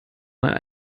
einmal